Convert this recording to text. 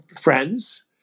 friends